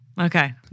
Okay